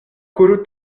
kuru